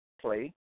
play